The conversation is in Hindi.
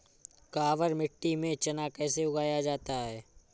काबर मिट्टी में चना कैसे उगाया जाता है?